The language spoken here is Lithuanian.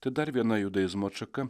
tai dar viena judaizmo atšaka